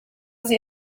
sie